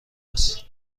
است